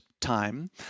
time